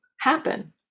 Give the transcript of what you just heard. happen